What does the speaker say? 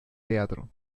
teatro